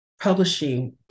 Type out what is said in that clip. Publishing